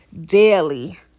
daily